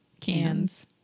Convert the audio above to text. cans